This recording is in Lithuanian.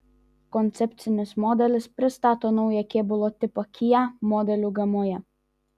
koncepcinis modelis pristato naują kėbulo tipą kia modelių gamoje